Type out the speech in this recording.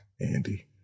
andy